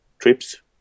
trips